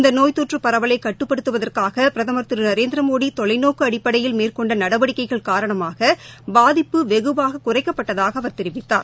இந்தநோய் தொற்றுபரவலைகட்டுப்படுத்துவதற்காகபிரதமர் திருநரேந்திரமோடிதொலைநோக்குஅடிப்படையில் மேற்கொண்டநடவடிக்கைகள் காரணமாகபாதிப்பு வெகுவாககுறைக்கப்பட்டதாகஅவர் தெரிவித்தார்